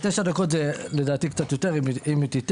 תשע דקות זה לדעתי קצת יותר אם היא תיתן